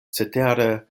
cetere